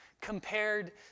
compared